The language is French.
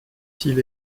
s’il